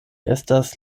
estas